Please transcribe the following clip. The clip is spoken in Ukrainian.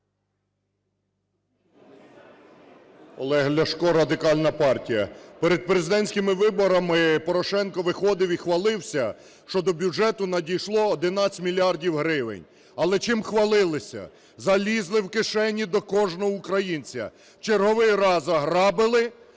Олег Ляшко, Радикальна партія. Перед президентськими виборами Порошенко виходив і хвалився, що до бюджету надійшло 11 мільярдів гривень. Але чим хвалилися? Залізли в кишені до кожного українця, в черговий раз ограбили,